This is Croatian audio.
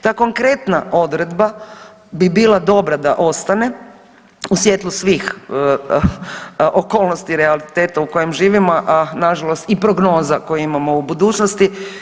Ta konkretna odredba bi bila dobra da ostane u svjetlu svih okolnosti realiteta u kojem živimo, a na žalost i prognoza koje imamo u budućnosti.